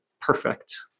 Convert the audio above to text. perfect